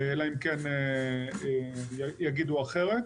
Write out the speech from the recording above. אלא אם כן יגידו אחרת.